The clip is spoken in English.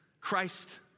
Christ